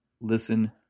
listen